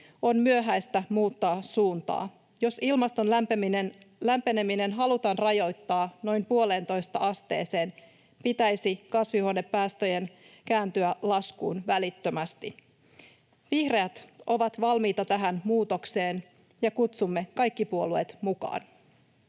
on myöhäistä muuttaa suuntaa. Jos ilmaston lämpeneminen halutaan rajoittaa noin puoleentoista asteeseen, pitäisi kasvihuonepäästöjen kääntyä laskuun välittömästi. Vihreät ovat valmiita tähän muutokseen, ja kutsumme kaikki puolueet mukaan.